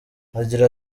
agira